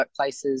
workplaces